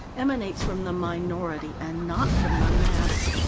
emanates from the minority, and not from the mass.